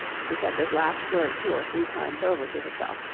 she said this last word two or three times over to herself,